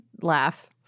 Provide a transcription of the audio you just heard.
laugh